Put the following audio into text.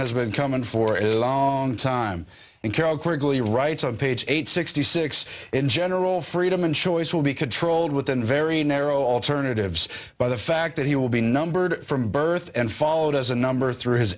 has been coming for is own time and carol quigley writes on page eight sixty six in general freedom and choice will be controlled within very narrow alternatives by the fact that he will be numbered from birth and followed as a number through his